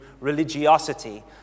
religiosity